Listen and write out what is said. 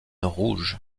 rouge